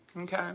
Okay